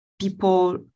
people